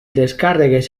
descàrregues